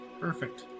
perfect